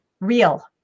real